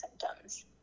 symptoms